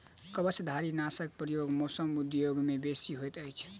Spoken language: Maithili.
कवचधारीनाशकक प्रयोग मौस उद्योग मे बेसी होइत अछि